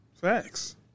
Facts